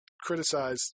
criticize